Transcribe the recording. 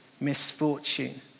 misfortune